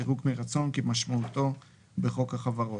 "פירוק מרצון" כמשמעותו בחוק החברות.